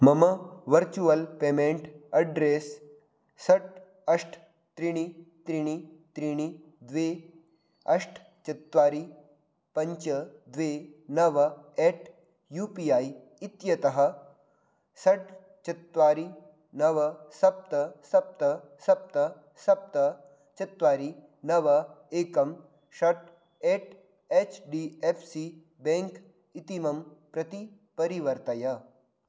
मम virtual payment address षट् अष्ट त्रीणि त्रीणि त्रीणि द्वि अष्ट चत्वारि पञ्च द्वि नव एट् यु पि ऐ इत्यतः षड् चत्वारि नव सप्त सप्त सप्त सप्त चत्वारि नव एकं षट् at H D F C bank इतिमं प्रति परिवर्तय